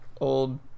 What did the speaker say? old